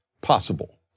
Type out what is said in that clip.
possible